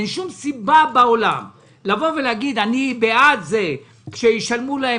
אין שום סיבה שבעולם להגיד: אני בעד זה שישלמו להם